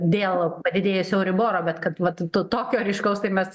dėl padidėjusio euriboro bet kad vat tu tokio ryškaus tai mes